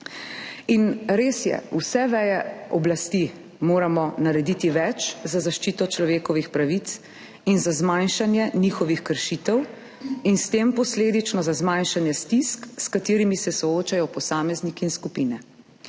Res je, vse veje oblasti moramo narediti več za zaščito človekovih pravic in za zmanjšanje njihovih kršitev in s tem posledično za zmanjšanje stisk, s katerimi se soočajo posamezniki in skupine.